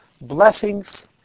blessings